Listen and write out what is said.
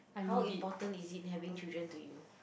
how important is it having children to you